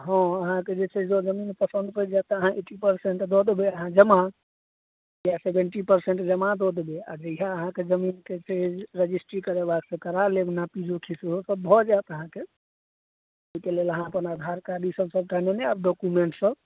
हँ अहाँके जे छै जँ जमीन पसन्द पड़ि जायत तऽ अहाँ एट्टी परसेन्ट दऽ देबय अहाँ जमा या सेवेन्टी परसेन्ट जमा दऽ देबय आओर जहिया अहाँके जमीनके से रजिस्ट्री करेबाक तऽ करा लेब नापी जोखी सेहो सब भऽ जायत अहाँके अइके लेल अहाँ अपन आधार कार्ड सबटा लेने आयब डॉक्यूमेन्ट सब